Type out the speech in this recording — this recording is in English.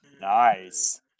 Nice